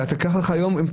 תיקח לך יום.